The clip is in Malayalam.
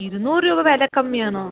ഇരുന്നൂറ് രൂപ വില കമ്മി ആണോ